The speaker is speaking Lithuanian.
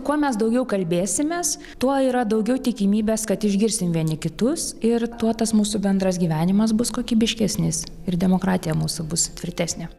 kuo mes daugiau kalbėsimės tuo yra daugiau tikimybės kad išgirsim vieni kitus ir tuo tas mūsų bendras gyvenimas bus kokybiškesnis ir demokratija mūsų bus tvirtesnė